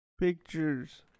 Pictures